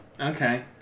okay